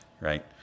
right